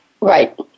Right